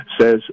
says